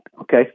Okay